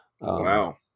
Wow